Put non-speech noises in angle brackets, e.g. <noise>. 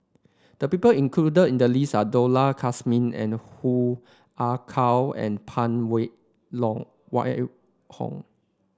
the people included in the list are Dollah Kassim and Hoo Ah Kay and Phan Wait <unintelligible> Hong